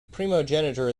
primogeniture